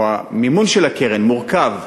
המימון של הקרן, מקורו,